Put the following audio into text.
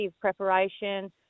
preparation